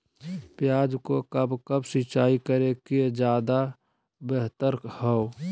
प्याज को कब कब सिंचाई करे कि ज्यादा व्यहतर हहो?